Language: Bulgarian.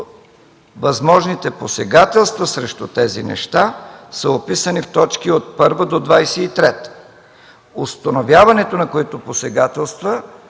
възможните посегателства срещу тези неща са описани в точките от 1 до 23.